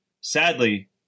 Sadly